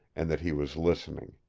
and that he was listening.